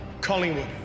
Collingwood